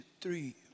three